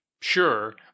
sure